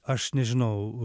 aš nežinau